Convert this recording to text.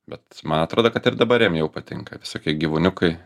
bet man atrodo kad ir dabar jam jau patinka visokie gyvūniukai